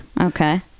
Okay